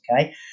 Okay